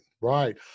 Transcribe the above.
right